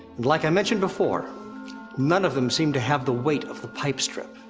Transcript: like i mentioned before none of them seemed to have the weight of the pipe strip.